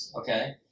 Okay